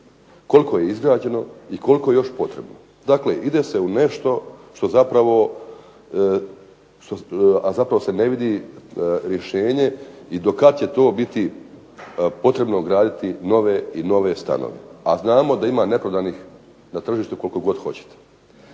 Koliko je izgrađeno i koliko je još potrebno. Dakle, ide se u nešto što zapravo a zapravo se ne vidi rješenje i do kada će to biti potrebno graditi nove i nove stanove a znamo da ima neprodanih na tržištu koliko god hoćete.